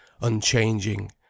unchanging